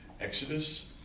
Exodus